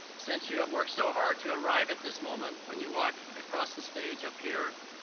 since you have worked so hard to arrive at this moment when you walk across the stage up here.